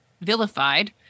vilified